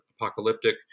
apocalyptic